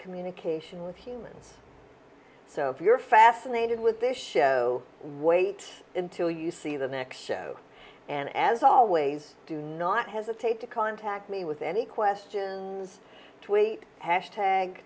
communication with humans so if you're fascinated with this show wait until you see the next show and as always do not hesitate to contact me with any questions tweet hash tag